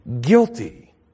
guilty